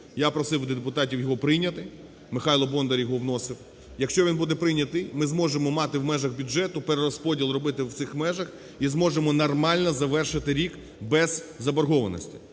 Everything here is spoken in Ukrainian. Я просив депутатів його прийняти, Михайло Бондар його вносив. Якщо він буде прийнятий, ми зможемо мати в межах бюджету, перерозподіл робити в цих межах, і зможемо нормально завершити рік, без заборгованості.